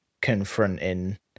confronting